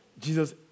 Jesus